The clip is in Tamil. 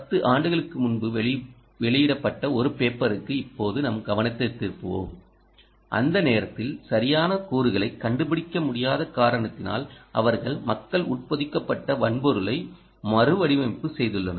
10 ஆண்டுகளுக்கு முன்னர் வெளியிடப்பட்ட ஒரு பேப்பருக்கு இப்போது நம் கவனத்தைத் திருப்புவோம் அந்த நேரத்தில் சரியான கூறுகளைக் கண்டுபிடிக்க முடியாத காரணத்தினால் அவர்கள் மக்கள் உட்பொதிக்கப்பட்ட வன்பொருளை மறுவடிவமைப்பு செய்துள்ளனர்